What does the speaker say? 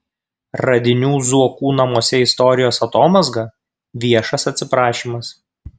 radinių zuokų namuose istorijos atomazga viešas atsiprašymas